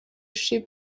ship